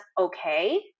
okay